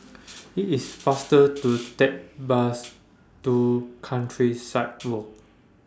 IT IS faster to Take Bus to Countryside Walk